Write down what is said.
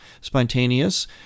spontaneous